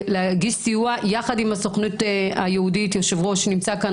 להגיש סיוע יחד עם הסוכנות היהודית היושב-ראש נמצא כאן,